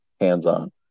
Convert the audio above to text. hands-on